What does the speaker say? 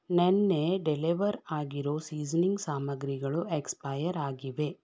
ನೆನ್ನೆ ಡೆಲೆವರ್ ಆಗಿರೋ ಸೀಸ್ನಿಂಗ್ ಸಾಮಗ್ರಿಗಳು ಎಕ್ಸ್ಪಾಯರ್ ಆಗಿವೆ